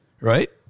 right